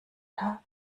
tag